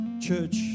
Church